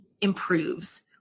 improves